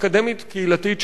אקדמית-קהילתית,